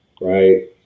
right